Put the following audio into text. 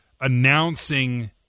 announcing